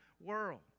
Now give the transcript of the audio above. world